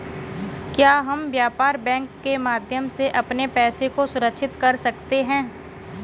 क्या हम व्यापार बैंकिंग के माध्यम से अपने पैसे को सुरक्षित कर सकते हैं?